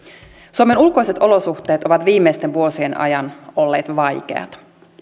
suomen ulkoiset olosuhteet ovat viimeisten vuosien ajan olleet vaikeat